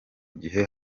gihe